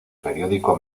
periódico